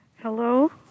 Hello